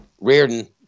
Reardon